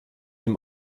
dem